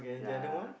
yeah